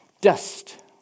Dust